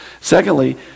Secondly